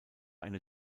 eine